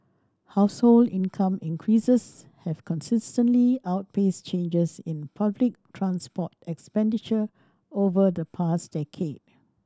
household income increases have consistently outpaced changes in public transport expenditure over the past decade